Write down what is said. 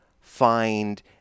find